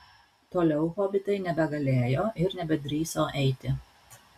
toliau hobitai nebegalėjo ir nebedrįso eiti